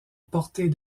portée